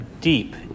deep